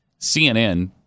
CNN